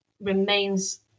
remains